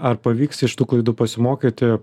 ar pavyks iš tų klaidų pasimokyti